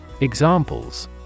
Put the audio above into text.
Examples